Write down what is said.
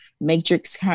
matrix